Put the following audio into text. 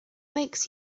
makes